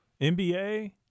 NBA